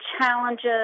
challenges